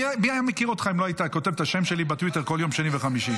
מי היה מכיר אותך אם לא היית כותב את השם שלי בטוויטר כל שני וחמישי?